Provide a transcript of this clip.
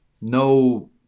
no